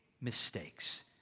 mistakes